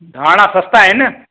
धाणा सस्ता आहिनि